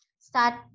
start